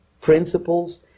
principles